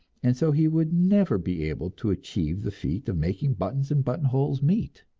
and so he would never be able to achieve the feat of making buttons and buttonholes meet.